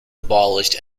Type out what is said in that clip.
abolished